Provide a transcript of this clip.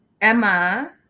Emma